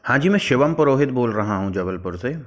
हाँ जी मैं शिवम पुरोहित बोल रहा हूँ जबलपुर से